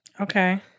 Okay